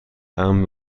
امن